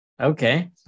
Okay